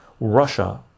Russia